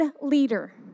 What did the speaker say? leader